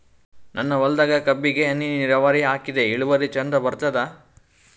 ನನ್ನ ಹೊಲದಾಗ ಕಬ್ಬಿಗಿ ಹನಿ ನಿರಾವರಿಹಾಕಿದೆ ಇಳುವರಿ ಚಂದ ಬರತ್ತಾದ?